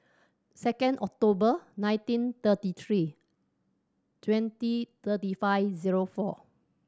second October nineteen thirty three twenty thirty five zero four